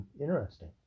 interesting